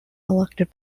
elected